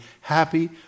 happy